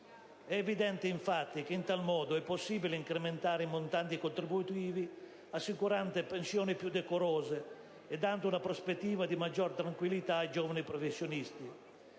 È evidente, infatti, che in tal modo è possibile incrementare i montanti contributivi assicurando pensioni più decorose e dando una prospettiva di maggior tranquillità ai giovani professionisti.